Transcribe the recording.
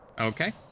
Okay